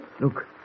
Look